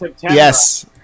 Yes